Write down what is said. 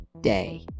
day